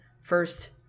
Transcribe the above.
First